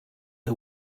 her